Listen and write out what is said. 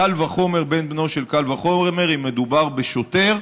קל וחומר בן בנו של קל וחומר אם מדובר בשוטר,